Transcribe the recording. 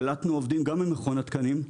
קלטנו עובדים גם ממכון התקנים,